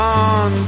on